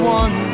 one